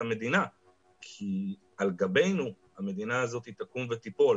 המדינה כי על גבנו המדינה הזאת תקום ותיפול